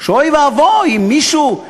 שאוי ואבוי אם מישהו,